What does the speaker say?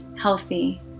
healthy